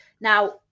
Now